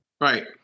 right